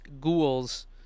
ghouls